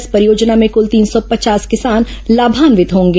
इस परियोजना में कुल तीन सौ पचास किसान लाभान्वित होंगे